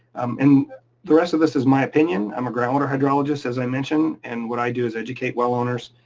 um and the rest of this is my opinion, i'm a groundwater hydrologist as i mentioned, and what i do is educate well owners.